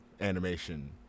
animation